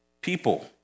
People